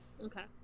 Okay